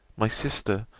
my sister,